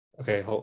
Okay